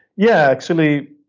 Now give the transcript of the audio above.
yeah, actually,